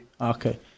Okay